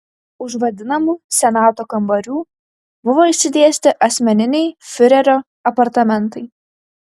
už vadinamų senato kambarių buvo išsidėstę asmeniniai fiurerio apartamentai